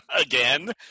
Again